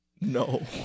no